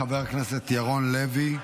חבר הכנסת ירון לוי,